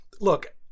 look